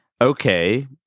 okay